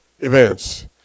Events